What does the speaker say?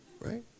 right